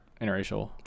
interracial